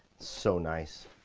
so nice.